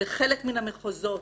בחלק מן המחוזות